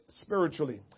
spiritually